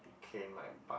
cane my butt